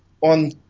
On